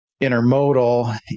intermodal